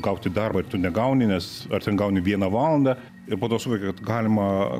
gauti darbą ir tu negauni nes ar ten gauni vieną valandą ir po to suvoki kad galima